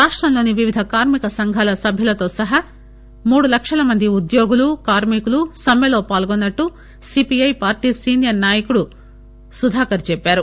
రాష్టంలోని వివిధ కార్మిక సంఘాల సభ్యులతో సహా మూడు లక్షల మంది ఉద్యోగులు కార్మికులు సమ్మెలో పాల్గొన్నట్టు సిపిఐ పార్టీ సీనియర్ నాయకుడు సుధాకర్ చెప్పారు